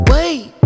Wait